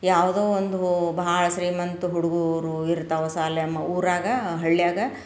ಯಾವುದೋ ಒಂದು ಬಹಳ ಶ್ರೀಮಂತ ಹುಡ್ಗರು ಇರ್ತಾವೆ ಸಾಲೇಮ್ ಊರಾಗ ಹಳ್ಳಿಯಾಗ